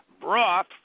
Broth